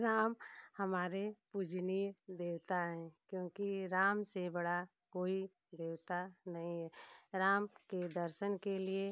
राम हमारे पूजनीय देवता हैं क्योंकि राम से बड़ा कोई देवता नहीं है राम के दर्शन के लिए